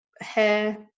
hair